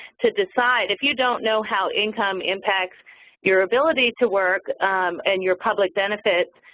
to decide. if you don't know how income impacts your ability to work and your public benefits,